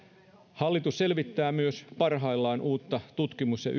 hallitus selvittää myös parhaillaan uutta tutkimus ja